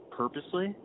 purposely